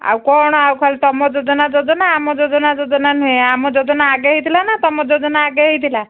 ଆଉ କ'ଣ ଆଉ ଖାଲି ତୁମ ଯୋଜନା ଯୋଜନା ଆମ ଯୋଜନା ଯୋଜନା ନୁହେଁ ଆମ ଯୋଜନା ଆଗେ ହେଇଥିଲା ନା ତୁମ ଯୋଜନା ଆଗେ ହେଇଥିଲା